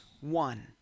one